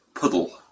Puddle